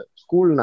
school